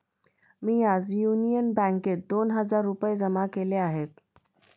मी आज युनियन बँकेत दोन हजार रुपये जमा केले आहेत